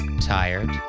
tired